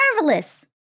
marvelous